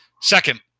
Second